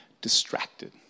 distracted